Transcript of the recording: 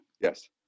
Yes